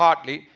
partly.